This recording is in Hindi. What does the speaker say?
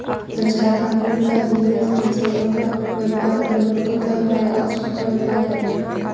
अचार पापड़ का बिजनेस, मसालों का व्यापार, अगरबत्ती का व्यापार आदि छोटा व्यापार है